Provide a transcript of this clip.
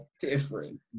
different